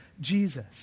Jesus